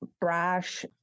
brash